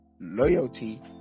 loyalty